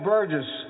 Burgess